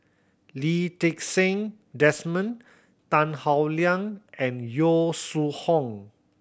Lee Ti Seng Desmond Tan Howe Liang and Yong Su Hoong